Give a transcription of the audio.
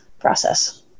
process